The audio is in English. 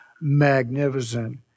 magnificent